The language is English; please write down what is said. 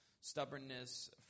Stubbornness